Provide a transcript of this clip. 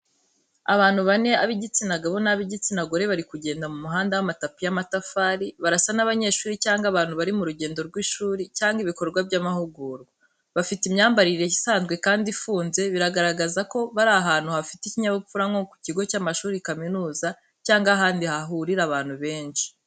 Abantu bane ab'igitsina gabo n'ab’igitsina gore bari kugenda mu muhanda w’amatapi y'amatafari. Barasa n’abanyeshuri cyangwa abantu bari mu rugendo rw’ishuri cyangwa ibikorwa by’amahugurwa. Bafite imyambarire isanzwe kandi ifunze, bigaragaza ko bari ahantu hafite ikinyabupfura nko ku kigo cy’amashuri kaminuza cyangwa ahandi hahurira abantu benshi.